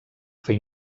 fer